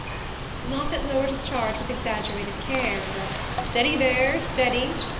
moffatt lowered his charge with exaggerated care, and a steady there, steady,